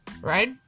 right